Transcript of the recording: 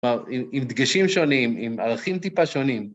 כלומר, עם דגשים שונים, עם ערכים טיפה שונים.